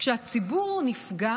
כשהציבור נפגע